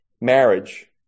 Marriage